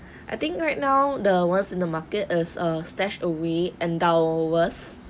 I think right now the ones in the market is err stashaway endowus